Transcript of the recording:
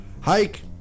hike